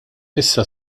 issa